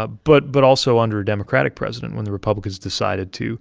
ah but but also under a democratic president, when the republicans decided to